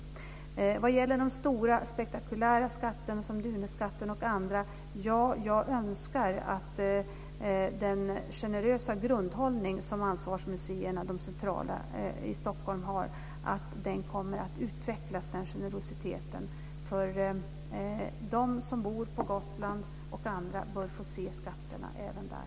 När det gäller de stora spektakulära skatterna som Duneskatten och andra önskar jag att den generösa grundhållning som de centrala ansvarsmuseerna i Stockholm har kommer att utvecklas. De som bor på Gotland och andra bör få se skatterna även där.